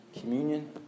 communion